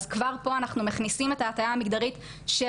אז כבר פה אנחנו מכניסים את ההטיה המגדרית של